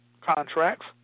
contracts